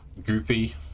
goopy